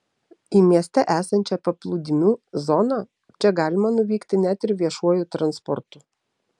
į mieste esančią paplūdimių zoną čia galima nuvykti net ir viešuoju transportu